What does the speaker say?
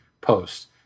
post